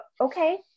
okay